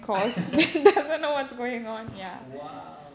!wow!